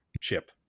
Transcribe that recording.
chip